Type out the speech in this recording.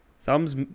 Thumbs